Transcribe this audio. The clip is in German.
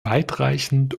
weitreichend